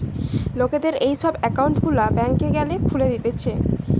লোকদের এই সব একউন্ট গুলা ব্যাংকে গ্যালে খুলে দিতেছে